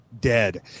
dead